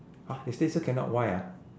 1huh! they say still cannot why ah